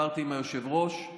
דיברתי עם היושב-ראש על